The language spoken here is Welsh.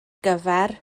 gyfer